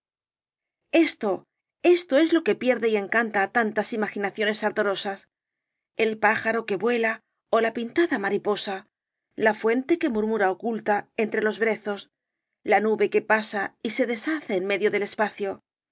esto esto es lo que pierde y encanta á tantas imaginaciones ardorosas el pájaro que vuela ó la pintada mariposa la fuente que murmura oculta enrosalía de castro tre los brezos la nube que pasa y se deshace en medio del espacio